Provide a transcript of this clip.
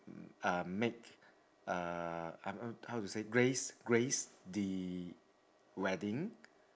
uh make uh how to say grace grace the wedding